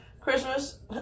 Christmas